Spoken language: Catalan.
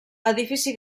edifici